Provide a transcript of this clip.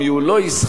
עם מי הוא לא יסחר,